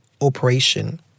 operation